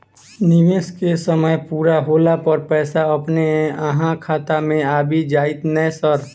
निवेश केँ समय पूरा होला पर पैसा अपने अहाँ खाता मे आबि जाइत नै सर?